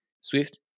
Swift